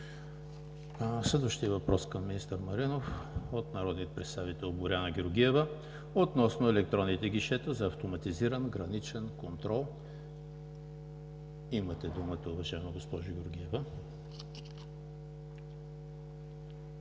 Следващият въпрос към министър Маринов е от народния представител Боряна Георгиева относно електронните гишета за автоматизиран граничен контрол. Имате думата, уважаема госпожо Георгиева. БОРЯНА